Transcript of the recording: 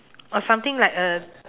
or something like a